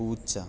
പൂച്ച